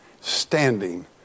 standing